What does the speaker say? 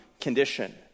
condition